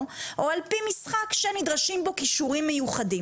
או על-פי משחק שנדרשים בו כישורים מיוחדים?